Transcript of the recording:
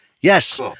Yes